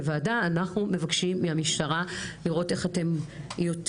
כוועדה אנחנו מבקשים מהמשטרה לראות איך אתם יותר